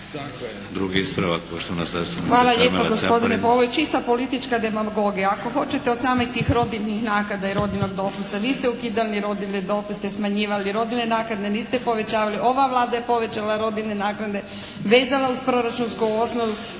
**Caparin, Karmela (HDZ)** Hvala lijepa gospodine. Pa ovo je čista politička demagogija. Ako hoćete od samih tih rodiljnih naknada i rodiljnog dopusta. Vi ste ukidali rodiljne dopuste, smanjivale rodiljne naknade, niste povećavali. Ova Vlada je povećala rodiljne naknade, vezala uz proračunsku osnovicu,